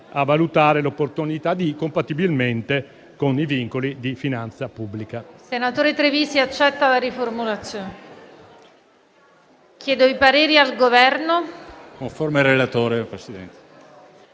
«a valutare l'opportunità di», compatibilmente con i vincoli di finanza pubblica.